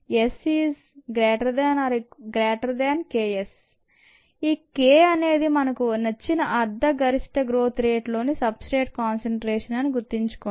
S≫KS ఈ K అనేది మనకు వచ్చిన అర్థ గరిష్ట గ్రోత్ రేటులోని సబ్ స్ట్రేట్ కాన్సంట్రేషన్ అని గుర్తు చేసుకోండి